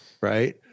right